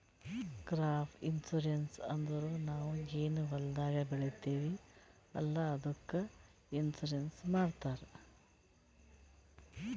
crop insurance ಅಂದುರ್ ನಾವ್ ಏನ್ ಹೊಲ್ದಾಗ್ ಬೆಳಿತೀವಿ ಅಲ್ಲಾ ಅದ್ದುಕ್ ಇನ್ಸೂರೆನ್ಸ್ ಮಾಡ್ತಾರ್